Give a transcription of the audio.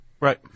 Right